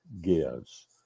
gives